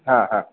हा हा